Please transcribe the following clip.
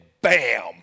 bam